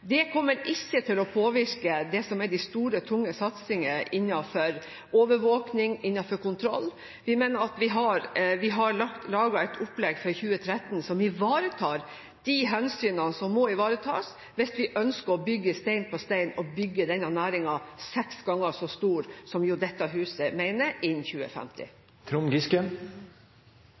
Det kommer ikke til å påvirke det som er de store, tunge satsingene innenfor overvåkning og innenfor kontroll. Vi mener at vi har laget et opplegg for 2013 som ivaretar de hensynene som må ivaretas hvis vi ønsker å bygge stein på stein – å bygge denne næringen seks ganger så stor, som jo dette huset mener, innen